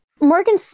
Morgan